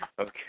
Okay